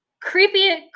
creepy